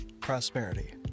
prosperity